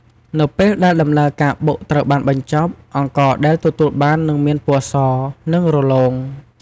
នៅពេលដែលដំណើរការបុកត្រូវបានបញ្ចប់ អង្ករដែលទទួលបាននឹងមានពណ៌ស និងរលោង។